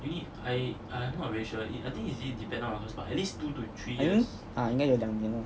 I think ah 应该有两年 lor